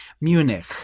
munich